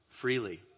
freely